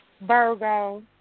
Virgo